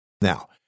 Now